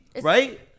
right